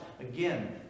again